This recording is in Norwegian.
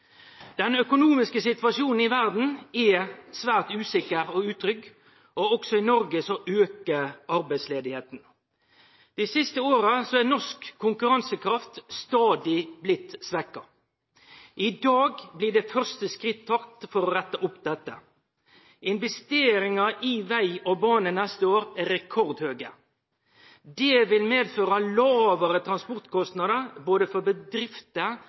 Den økonomiske situasjonen i verda er svært usikker og utrygg, og også i Noreg aukar arbeidsløysa. Dei siste åra er norsk konkurransekraft stadig blitt svekt. I dag blir det første skrittet tatt for å rette opp dette. Investeringar i veg og bane neste år er rekordhøge. Det vil medføre lågare transportkostnadar både for bedrifter